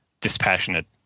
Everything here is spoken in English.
dispassionate